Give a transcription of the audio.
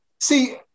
see